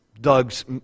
Doug's